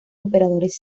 operadores